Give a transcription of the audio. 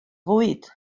fwyd